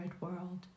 world